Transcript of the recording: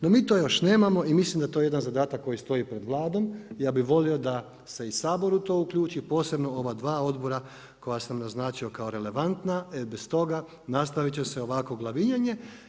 No mi to još nemamo i mislim da je to jedan zadatak koji stoji pred Vladom, ja bih volio da se i Sabor u to uključi, posebno ova dva odbora koja sam naznačio kao relevantna, bez toga nastaviti će se ovakvo glavinjanje.